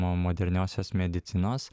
moderniosios medicinos